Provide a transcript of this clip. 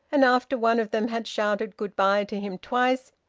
and after one of them had shouted good-bye to him twice,